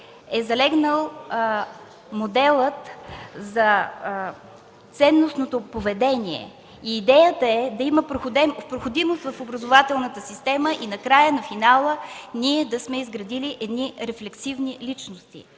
е залегнал моделът за ценностното поведение. Идеята е да има проходимост в образователната система и накрая, на финала ние да сме изградили едни рефлективни личности.